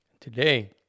Today